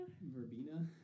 Verbena